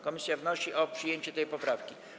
Komisja wnosi o przyjęcie tej poprawki.